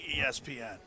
ESPN